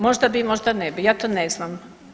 Možda bi, možda ne bi, ja to ne znam.